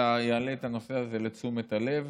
אלא יעלה את הנושא הזה לתשומת הלב,